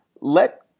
Let